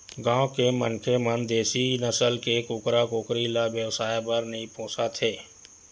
गाँव के मनखे मन देसी नसल के कुकरा कुकरी ल बेवसाय बर नइ पोसत हे